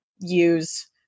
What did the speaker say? use